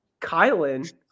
Kylan